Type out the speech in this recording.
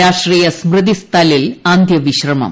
രാഷ്ട്രീയ സ്മൃതിസ്ഥലിൽ അന്തൃ വിശ്രമം